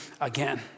again